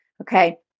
okay